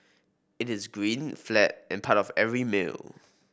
it is green flat and part of every meal